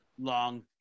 long